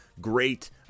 great